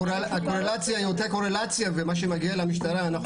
הקורלציה היא יותר קורלציה ומה שמגיע למשטרה,